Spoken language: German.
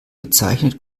bezeichnet